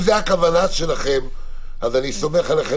אם זאת הכוונה שלכם אז אני סומך עליכם